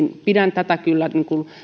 pidän kyllä